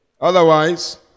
Otherwise